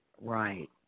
right